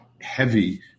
heavy